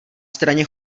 straně